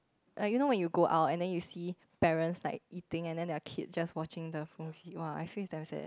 like you know when you go out and then you see parents like eating and then their kids just watching the phone !wah! I feel it's damn sad